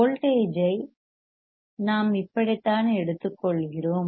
voltage ஐ நாம் இப்படித்தான் எடுத்துக்கொள்கிறோம்